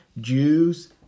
Jews